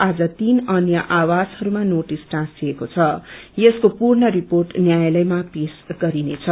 आज तीन अन्य आवासहरूमा नोटिस टाँसिएको छ यसको पूर्ण रिपोर्ट न्यायालयमा पेश गरिनेछ